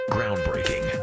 Groundbreaking